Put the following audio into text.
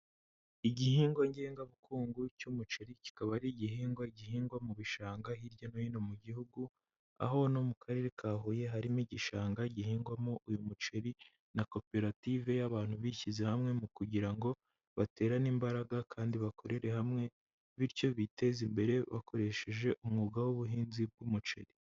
Igihingwa ngengabukungu cy'umuceri kikaba ari igihingwa gihingwa mu bishanga hirya no hino mu gihugu, aho no mu karere ka Huye harimo igishanga gihingwamo uyu muceri na koperative y'abantu bishyize hamwe mu kugira ngo baterane imbaraga kandi bakorere hamwe, bityo biteze imbere bakoresheje umwuga w'ubuhinzi bw'umuceri.